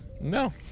no